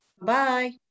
Bye